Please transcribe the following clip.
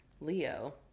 Leo